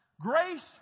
Grace